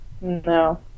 no